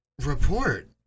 Report